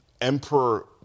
emperor